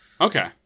Okay